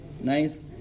nice